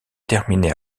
terminé